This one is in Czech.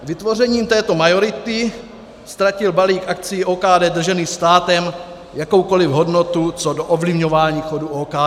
Vytvořením této majority ztratil balík akcií OKD držených státem jakoukoli hodnotu co do ovlivňování chodu OKD.